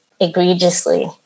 egregiously